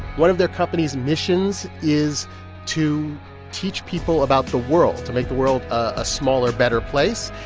one of their company's missions is to teach people about the world, to make the world a smaller, better place.